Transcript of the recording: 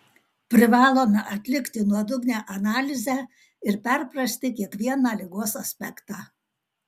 privalome atlikti nuodugnią analizę ir perprasti kiekvieną ligos aspektą